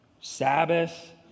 Sabbath